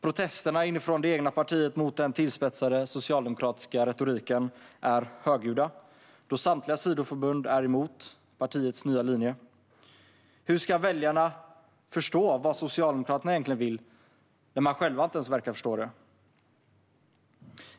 Protesterna inifrån det egna partiet mot den tillspetsade socialdemokratiska retoriken är högljudda då samtliga sidoförbund är emot partiets nya linje. Hur ska väljarna förstå vad Socialdemokraterna egentligen vill när de själva inte ens verkar förstå det?